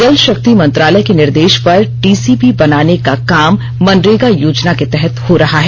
जलशक्ति मंत्रालय के निर्देश पर टीसीबी बनाने का काम मनरेगा योजना के तहत हो रहा है